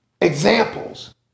examples